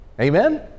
Amen